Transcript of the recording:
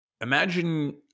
imagine